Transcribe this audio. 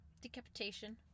decapitation